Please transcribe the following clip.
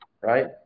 right